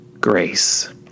grace